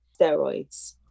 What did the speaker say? steroids